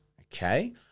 okay